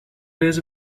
deze